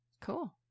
Cool